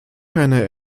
keine